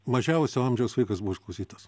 mažiausio amžiaus vaikas buvo išklausytas